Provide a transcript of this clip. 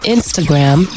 Instagram